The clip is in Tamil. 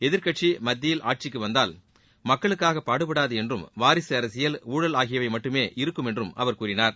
எதிர்க்கட்சி மத்தியில் ஆட்சிக்கு வந்தால் மக்களுக்காக பாடுபடாது என்றும் வாரிசு அரசியல் ஊழல் ஆகியவை மட்டுமே இருக்கும் என்றும் அவர் கூறினார்